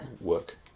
work